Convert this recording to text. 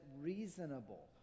reasonable